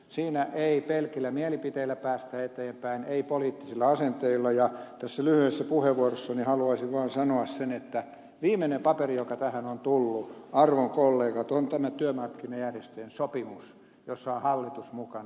siinä ei pelkillä mielipiteillä päästä eteenpäin ei poliittisilla asenteilla ja tässä lyhyessä puheenvuorossani haluaisin vaan sanoa sen että viimeinen paperi joka tähän on tullut arvon kollegat on tämä työmarkkinajärjestöjen sopimus jossa on hallitus mukana